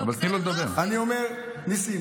לניסים